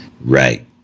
Right